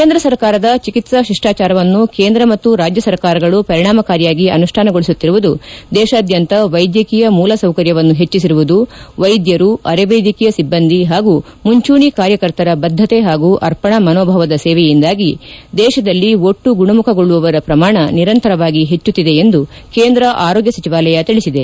ಕೇಂದ್ರ ಸರ್ಕಾರದ ಚಿಕಿತ್ಸಾ ಶಿಷ್ಟಾಚಾರವನ್ನು ಕೇಂದ್ರ ಮತ್ತು ರಾಜ್ಯ ಸರ್ಕಾರಗಳು ಪರಿಣಾಮಕಾರಿಯಾಗಿ ಅನುಷ್ಸಾನಗೊಳಿಸುತ್ತಿರುವುದು ದೇಶಾದ್ಯಂತ ವೈದ್ಯಕೀಯ ಮೂಲ ಸೌಕರ್ಯವನ್ನು ಹೆಚ್ಚೆಸಿರುವುದು ವೈದ್ಯರು ಅರೆವೈದ್ಯಕೀಯ ಸಿಬ್ಬಂದಿ ಹಾಗೂ ಮುಂಚೂಣಿ ಕಾರ್ಯಕರ್ತರ ಬದ್ದತೆ ಹಾಗೂ ಅರ್ಪಣಾ ಮನೋಭಾವದ ಸೇವೆಯಿಂದಾಗಿ ದೇಶದಲ್ಲಿ ಒಟ್ಟು ಗುಣಮುಖಗೊಳ್ಳುವವರ ಪ್ರಮಾಣ ನಿರಂತರವಾಗಿ ಹೆಚ್ಚುತ್ತಿದೆ ಎಂದು ಕೇಂದ್ರ ಆರೋಗ್ಯ ಸಚಿವಾಲಯ ತಿಳಿಸಿದೆ